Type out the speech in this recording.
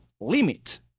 limit